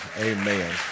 Amen